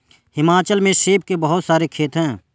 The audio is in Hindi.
हिमाचल में सेब के बहुत सारे खेत हैं